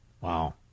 Wow